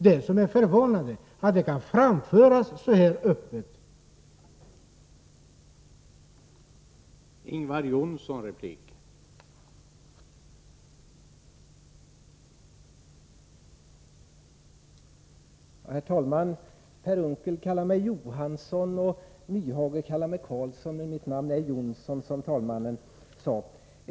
Det förvånande är att det kan framföras så här — Nr 106 öppet.